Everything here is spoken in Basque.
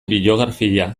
biografia